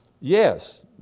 yes